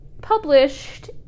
published